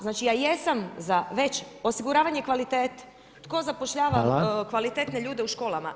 Znači ja jesam za veći, osiguravanje kvalitete [[Upadica Reiner: Hvala.]] Tko zapošljava kvalitetne ljude u školama?